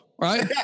Right